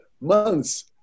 months